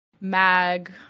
Mag